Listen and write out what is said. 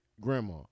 grandma